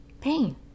pain